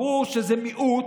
ברור שזה מיעוט.